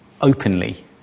openly